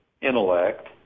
intellect